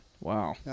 Wow